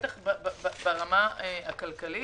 בטח ברמה הכלכלית.